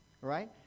right